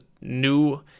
new